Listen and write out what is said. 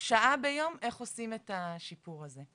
שעה ביום איך עושים את השיפור הזה.